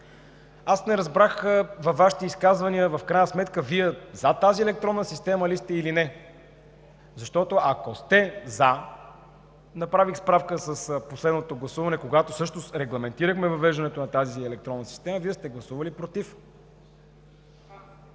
аз не разбрах от Вашите изказвания Вие „за“ тази електронна система ли сте, или не? Защото, ако сте „за“ – направих справка с последното гласуване, когато всъщност регламентирахме въвеждането на тази електронна система, Вие сте гласували „против“.